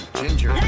ginger